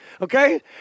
Okay